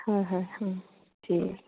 হয় হয় অঁ ঠিক আছে